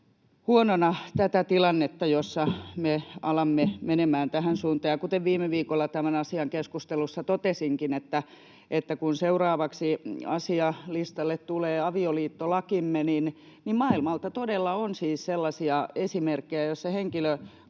huonona tätä tilannetta, jossa me alamme menemään tähän suuntaan. Ja viime viikolla tämän asian keskustelussa totesinkin, että kun seuraavaksi asialistalle tulee avioliittolakimme, niin maailmalta todella on siis sellaisia esimerkkejä, joissa henkilö